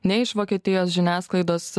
ne iš vokietijos žiniasklaidos